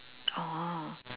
oh